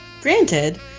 Granted